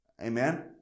amen